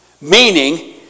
meaning